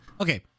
Okay